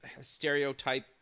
stereotype